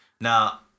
Now